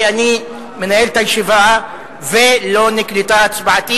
כי אני מנהל את הישיבה ולא נקלטה הצבעתי